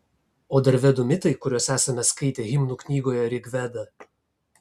o dar vedų mitai kuriuos esame skaitę himnų knygoje rigveda